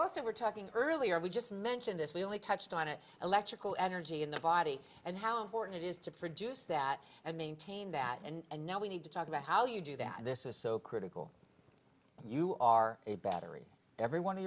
also were talking earlier we just mentioned this we only touched on it electrical energy in the body and how important it is to produce that and maintain that and now we need to talk about how you do that this is so critical and you are a battery everyone